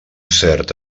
cert